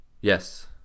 Yes